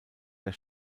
der